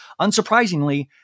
Unsurprisingly